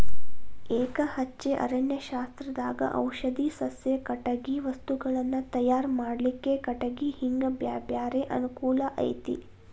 ಎಕಹಚ್ಚೆ ಅರಣ್ಯಶಾಸ್ತ್ರದಾಗ ಔಷಧಿ ಸಸ್ಯ, ಕಟಗಿ ವಸ್ತುಗಳನ್ನ ತಯಾರ್ ಮಾಡ್ಲಿಕ್ಕೆ ಕಟಿಗಿ ಹಿಂಗ ಬ್ಯಾರ್ಬ್ಯಾರೇ ಅನುಕೂಲ ಐತಿ